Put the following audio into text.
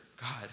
God